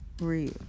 real